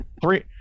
Three